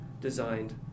designed